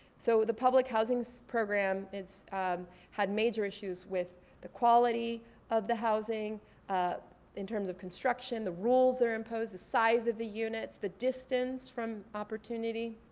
so the public housing so program, it had major issues with the quality of the housing in terms of construction, the rules that are imposed, the size of the units, the distance from opportunity.